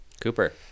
Cooper